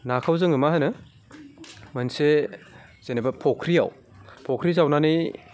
नाखौ जोङो मा होनो मोनसे जेनेबा फख्रियाव फख्रि जावनानै